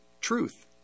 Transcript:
truth